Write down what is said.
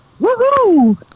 woohoo